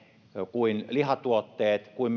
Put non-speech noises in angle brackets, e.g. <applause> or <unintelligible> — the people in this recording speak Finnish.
kuin lihatuotteet kuin <unintelligible>